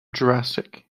jurassic